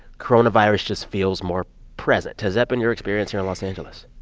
coronavirus just feels more present. has that been your experience here in los angeles?